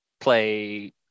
play